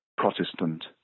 Protestant